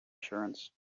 assurance